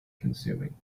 consuming